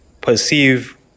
perceive